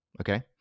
okay